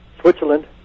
Switzerland